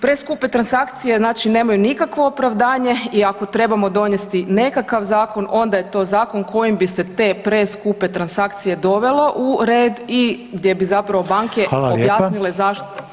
Preskupe transakcije znači nemaju nikakvo opravdanje i ako trebamo donijeti nekakav zakon onda je to zakon kojim bi se te preskupe transakcije dovelo u red i gdje bi zapravo banke objasnile [[Upadica: Hvala lijepa.]] zašto